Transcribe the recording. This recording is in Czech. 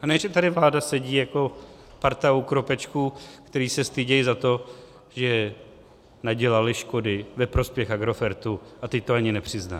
A ne že tady vláda sedí jako parta oukropečků, kteří se stydí za to, že nadělali škody ve prospěch Agrofertu, a teď to ani nepřiznají.